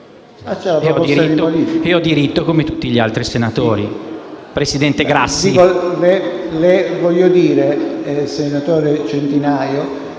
ne ho diritto come tutti gli altri senatori, presidente "Grassi".